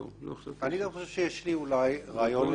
חושב שיש לי אולי רעיון